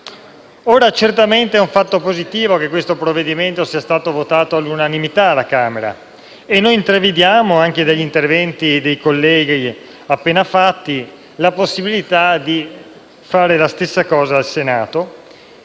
È certamente un fatto positivo che questo provvedimento sia stato votato all'unanimità alla Camera e intravediamo, anche dagli interventi dei colleghi, la possibilità di fare lo stesso al Senato.